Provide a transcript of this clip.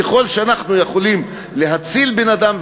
ככל שאנחנו יכולים להציל בן-אדם,